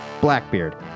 Blackbeard